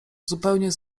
zupełnie